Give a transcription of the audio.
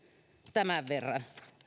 tämän verran